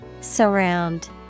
Surround